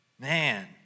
Man